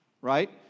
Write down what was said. right